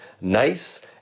Nice